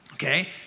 Okay